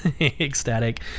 ecstatic